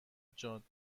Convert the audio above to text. جاده